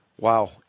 wow